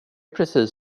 precis